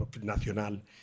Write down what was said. nacional